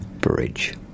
Bridge